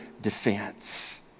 defense